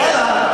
ואללה.